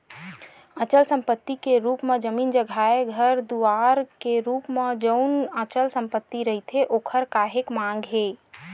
अचल संपत्ति के रुप म जमीन जघाए घर दुवार के रुप म जउन अचल संपत्ति रहिथे ओखर काहेक मांग हे